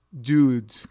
Dude